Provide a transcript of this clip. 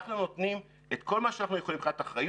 אנחנו נותנים את כל מה שאנחנו יכולים מבחינת אחריות,